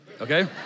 okay